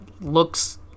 looks